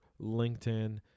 LinkedIn